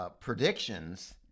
predictions